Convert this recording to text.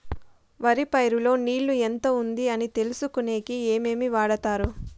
వరి పైరు లో నీళ్లు ఎంత ఉంది అని తెలుసుకునేకి ఏమేమి వాడతారు?